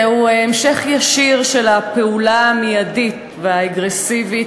זהו המשך ישיר של הפעולה המיידית והאגרסיבית